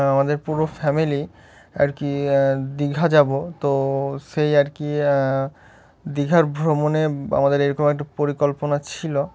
আমাদের পুরো ফ্যামিলি আর কি দীঘা যাব তো সেই আর কি দীঘার ভ্রমণে আমাদের এরকম একটা পরিকল্পনা ছিল